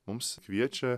mums kviečia